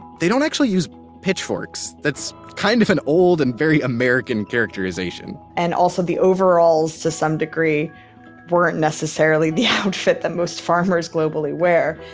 they don't actually use pitchforks. that's kind of an old and very american characterization and also the overalls to some degree weren't necessarily the outfit that most farmers globally wear.